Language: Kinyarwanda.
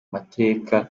amateka